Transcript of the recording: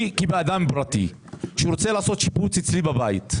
אני כאדם פרטי שרוצה לעשות שיפוץ אצלי בבית,